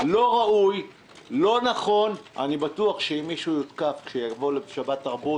לא ברור לי למה מתאכזרים כך לאותן רשויות.